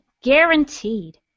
Guaranteed